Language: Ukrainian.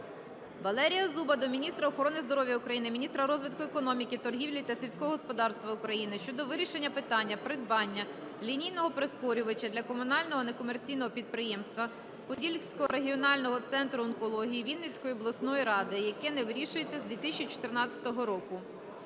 Валерія Зуба до міністра охорони здоров'я України, міністра розвитку економіки, торгівлі та сільського господарства України щодо вирішення питання придбання лінійного прискорювача для комунального некомерційного підприємства "Подільського регіонального центру онкології Вінницької обласної Ради", яке не вирішується з 2014 року.